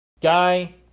Guy